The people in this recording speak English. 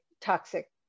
toxic